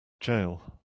jail